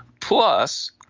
plus,